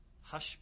hush